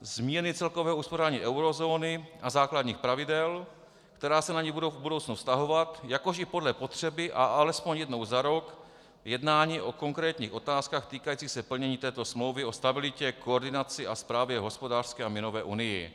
změny celkového uspořádání eurozóny a základních pravidel, která se na ně budou v budoucnu vztahovat, jakož i podle potřeby a alespoň jednou za rok jednání o konkrétních otázkách týkajících se plnění této Smlouvy o stabilitě, koordinaci a správě v hospodářské a měnové unii.